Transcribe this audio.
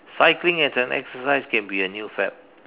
cycling as an exercise can be a new fad